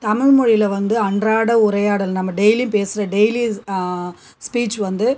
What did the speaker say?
தமிழ் மொழியில் வந்து அன்றாட உரையாடல் நம்ம டெய்லியும் பேசுகிற டெய்லிஸ் ஸ்பீச் வந்து